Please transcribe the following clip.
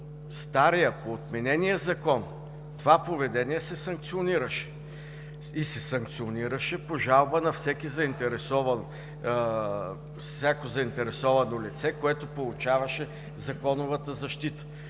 стария, по отменения Закон, това поведение се санкционираше и се санкционираше по жалба на всяко заинтересовано лице, което получаваше законовата защита.